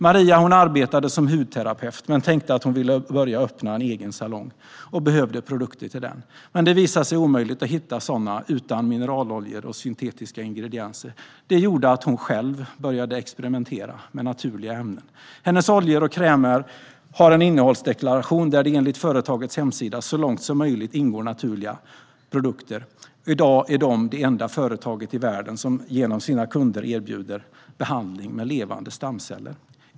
Maria arbetade som hudterapeut men ville öppna en egen salong och behövde produkter till den. Det visade sig dock vara omöjligt att hitta produkter utan mineraloljor och syntetiska ingredienser. Det ledde till att hon själv började experimentera med naturliga ämnen. I hennes oljor och krämer ingår, enligt företagets hemsida, så långt som möjligt naturliga produkter. I dag är företaget det enda i världen som genom sina kunder erbjuder behandling med levande stamceller.